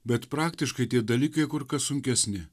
bet praktiškai tie dalykai kur kas sunkesni